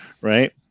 Right